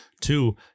Two